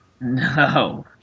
No